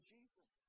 Jesus